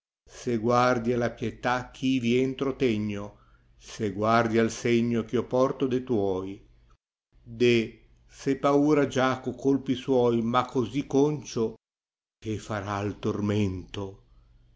se guardi alla pietà ch'ivi entro tegno se guardi al segno eh io porto de tnoii deh se paura già co colpi suoi m ha così concio che farai tormento